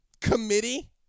committee